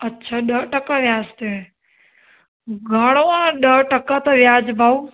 अच्छा ॾह टका व्याज ते घणो आहे ॾह टका त व्याज भाऊ